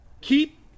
keep